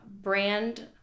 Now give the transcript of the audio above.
brand